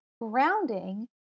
grounding